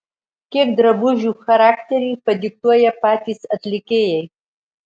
kiek drabužių charakterį padiktuoja patys atlikėjai